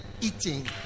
eating